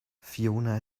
fiona